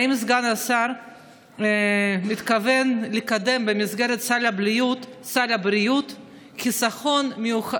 האם סגן השר מתכוון לקדם במסגרת סל הבריאות חיסון מיוחד